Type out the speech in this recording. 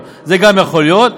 זה גם יכול להיות.